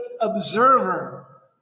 observer